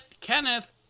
Kenneth